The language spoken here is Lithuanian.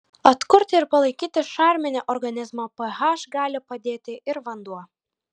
atkurti ir palaikyti šarminį organizmo ph gali padėti ir vanduo